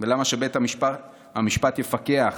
ולמה שבית המשפט יפקח?